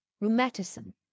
Rheumatism